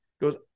goes